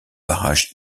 barrages